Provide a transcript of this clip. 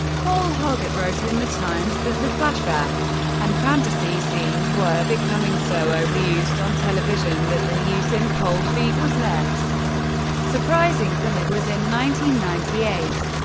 paul hoggart wrote in the times that the flashback and fantasy scenes were becoming so overused on television that their use in cold feet was less surprising than it was in one ninety eight.